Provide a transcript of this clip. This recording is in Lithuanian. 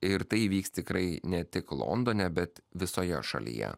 ir tai įvyks tikrai ne tik londone bet visoje šalyje